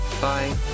Bye